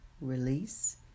release